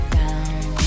down